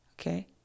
Okay